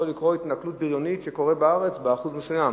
יכולה לקרות התנכלות בריונית בארץ באחוז מסוים.